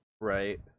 Right